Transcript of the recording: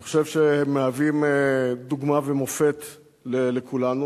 אני חושב שהם מהווים דוגמה ומופת לכולנו,